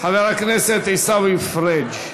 חבר הכנסת עיסאווי פריג'.